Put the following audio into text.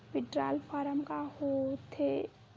withdrawal form का होथेय